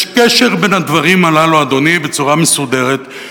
יש קשר בין הדברים הללו, אדוני, בצורה מסודרת.